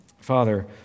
Father